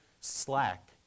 slack